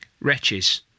wretches